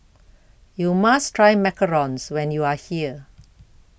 YOU must Try Macarons when YOU Are here